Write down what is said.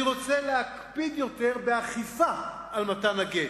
אני רוצה להקפיד יותר באכיפה של מתן הגט.